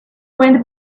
went